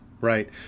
right